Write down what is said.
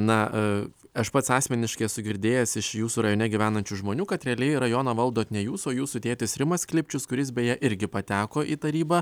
na aš pats asmeniškai esu girdėjęs iš jūsų rajone gyvenančių žmonių kad realiai rajoną valdot ne jūs o jūsų tėtis rimas klipčius kuris beje irgi pateko į tarybą